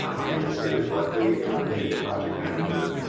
um my name is david bleckley and i'm the data project manager.